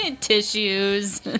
tissues